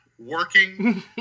working